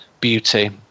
beauty